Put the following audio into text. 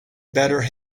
better